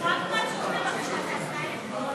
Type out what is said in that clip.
על הסתייגות מס' 1